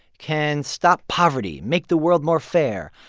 can stop poverty, make the world more fair.